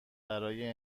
برای